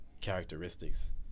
characteristics